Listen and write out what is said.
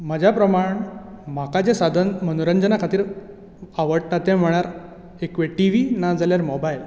म्हज्या प्रमाण म्हाका जें साधन मनोरंजना खातीर आवडटा तें म्हळ्यार एक वेळ टिवी नाजाल्यार मोबायल